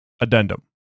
Addendum